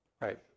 right